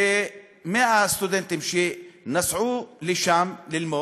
כ-100 סטודנטים שנסעו לשם ללמוד,